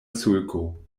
sulko